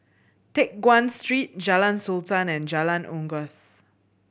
Teck Guan Street Jalan Sultan and Jalan Unggas